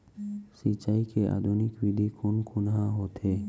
सिंचाई के आधुनिक विधि कोन कोन ह होथे?